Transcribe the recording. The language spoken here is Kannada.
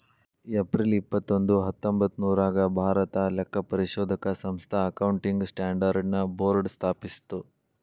ಏಪ್ರಿಲ್ ಇಪ್ಪತ್ತೊಂದು ಹತ್ತೊಂಭತ್ತ್ನೂರಾಗ್ ಭಾರತಾ ಲೆಕ್ಕಪರಿಶೋಧಕ ಸಂಸ್ಥಾ ಅಕೌಂಟಿಂಗ್ ಸ್ಟ್ಯಾಂಡರ್ಡ್ ನ ಬೋರ್ಡ್ ಸ್ಥಾಪಿಸ್ತು